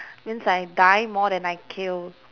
means I die more than I kill